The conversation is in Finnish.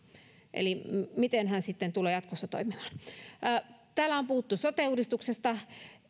eli miten hän sitten tulee jatkossa toimimaan täällä on puhuttu sote uudistuksesta